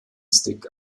stick